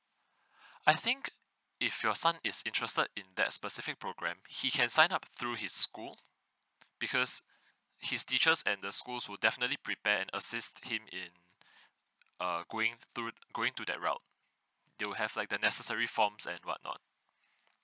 I think if your son is interested in that specific program he can sign up through his school because his teachers at the school will definitely prepare and assist him in uh going through going to that route they will have like the necessary forms and whatnot